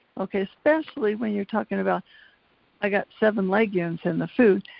okay? especially when you're talking about i got seven legumes in the food,